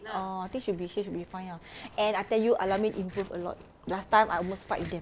oh I think should be here should be fine ah and I tell you al-amin improved a lot last time I almost fight with them